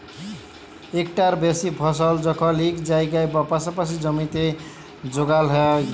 ইকটার বেশি ফসল যখল ইক জায়গায় বা পাসাপাসি জমিতে যগাল হ্যয়